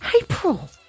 April